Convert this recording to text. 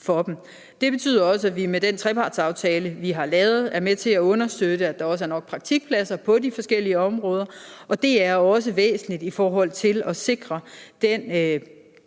for dem. Det betyder også, at vi med den trepartsaftale, vi har lavet, er med til at understøtte, at der også er nok praktikpladser på de forskellige områder, og det er også væsentligt i forhold til at sikre